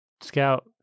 Scout